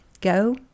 go